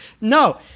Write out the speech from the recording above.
No